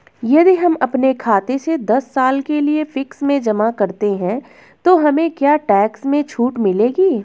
यदि हम अपने खाते से दस साल के लिए फिक्स में जमा करते हैं तो हमें क्या टैक्स में छूट मिलेगी?